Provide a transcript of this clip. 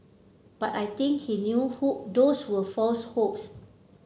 but I think he knew who those were false hopes